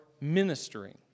ministering